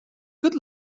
good